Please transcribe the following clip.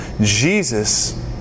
Jesus